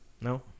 No